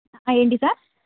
ఏంటి సార్